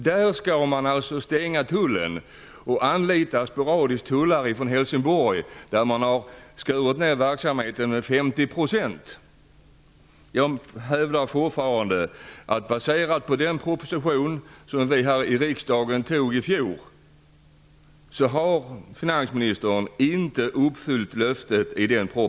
Där skall man stänga tullen och sporadiskt anlita tullare från Helsingborg där verksamheten har skurits ner med 50 %. Jag hävdar fortfarande att finansministern inte uppfyllt löftet i den proposition som vi här i riksdagen antog i fjol.